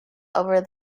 over